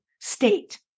state